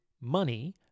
money